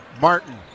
Martin